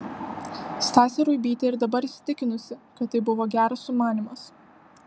stasė ruibytė ir dabar įsitikinusi kad tai buvo geras sumanymas